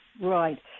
Right